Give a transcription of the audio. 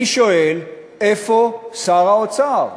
אני שואל, איפה שר האוצר?